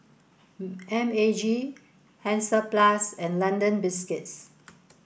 M A G Hansaplast and London Biscuits